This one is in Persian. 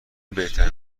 بهترین